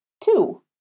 two